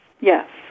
yes